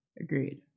Agreed